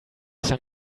some